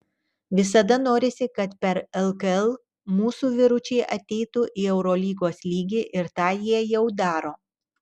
visada norisi kad per lkl mūsų vyručiai ateitų į eurolygos lygį ir tą jie jau daro